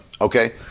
okay